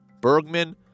Bergman